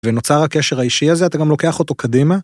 ונוצר הקשר האישי הזה, אתה גם לוקח אותו קדימה.